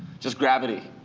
just gravity.